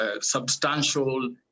substantial